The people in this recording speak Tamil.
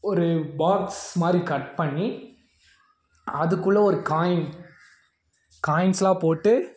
ஒரு பாக்ஸ் மாதிரி கட் பண்ணி அதுக்குள்ளே ஒரு காயின் காயின்ஸ்யெலாம் போட்டு